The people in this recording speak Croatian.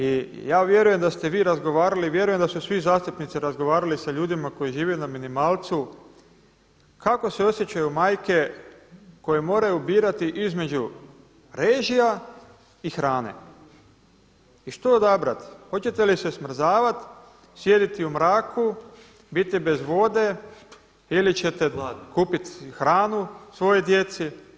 I ja vjerujem da ste vi razgovarali, vjerujem da su svi zastupnici razgovarali sa ljudima koji žive na minimalcu, kako se osjećaju majke koje moraju birati između režija i hrane i što odabrati, hoćete li se smrzavati, sjediti u mraku, biti bez vode ili ćete kupiti hranu svojoj djeci?